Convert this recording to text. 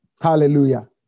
Hallelujah